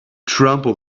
trample